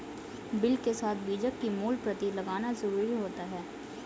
bill के साथ बीजक की मूल प्रति लगाना जरुरी होता है